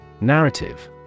Narrative